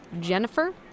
Jennifer